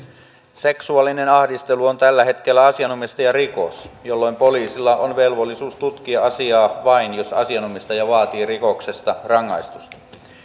seksuaalinen ahdistelu on tällä hetkellä asianomistajarikos jolloin poliisilla on velvollisuus tutkia asiaa vain jos asianomistaja vaatii rikoksesta rangaistusta